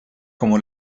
como